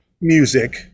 music